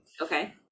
Okay